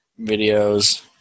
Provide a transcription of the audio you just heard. videos